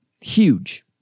Huge